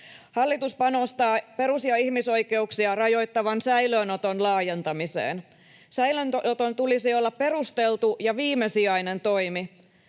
Hallitus panostaa perus- ja ihmisoikeuksia rajoittavan säilöönoton laajentamiseen. Säilöönoton tulisi olla perusteltu ja viimesijainen toimi.